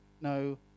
no